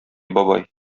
бабай